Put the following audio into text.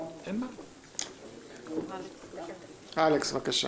אלכס, בבקשה.